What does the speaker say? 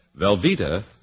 Velveeta